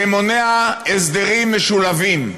זה מונע הסדרים משולבים,